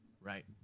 right